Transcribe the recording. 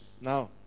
now